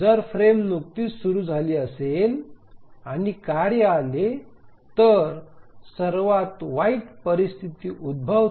जर फ्रेम नुकतीच सुरू झाली असेल आणि कार्य आले तर सर्वात वाईट परिस्थिती उद्भवते